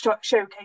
showcase